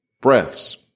breaths